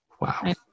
Wow